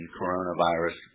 coronavirus